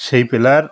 সেই প্লেয়ার